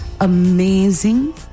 amazing